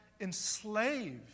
enslaved